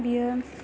बियो